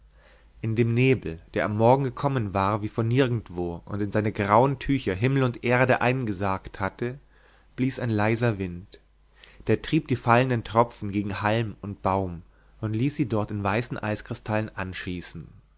in dem nebel der am morgen gekommen war wie von nirgendwo und in seine grauen tücher himmel und erde eingesargt hatte blies ein leiser wind der trieb die fallenden tropfen gegen halm und baum und ließ sie dort in weißen eiskristallen anschießen